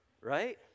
right